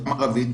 גם ערבית,